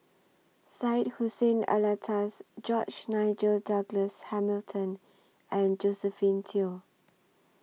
Syed Hussein Alatas George Nigel Douglas Hamilton and Josephine Teo